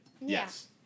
Yes